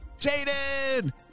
Jaden